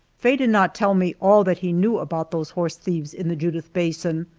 faye did not tell me all that he knew about those horse thieves in the judith basin,